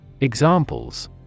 Examples